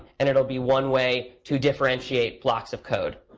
and it'll be one way to differentiate blocks of code.